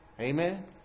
Amen